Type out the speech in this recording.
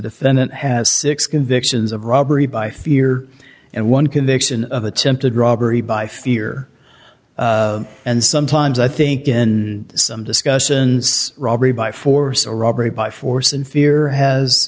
defendant has six convictions of robbery by fear and one conviction of attempted robbery by fear and sometimes i think in some discussions robbery by force or robbery by force and fear